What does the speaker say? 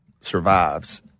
survives